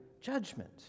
judgment